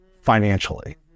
financially